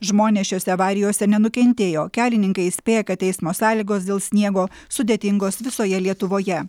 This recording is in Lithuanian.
žmonės šiose avarijose nenukentėjo kelininkai įspėja kad eismo sąlygos dėl sniego sudėtingos visoje lietuvoje